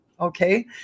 Okay